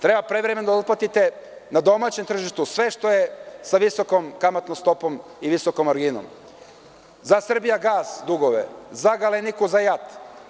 Treba prevremeno da otplatite na domaćem tržištu sve što je sa visokom kamatnom stopom i visokom marginom, za „Srbijagas“ dugove, za „Galeniku“, za JAT.